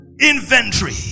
inventory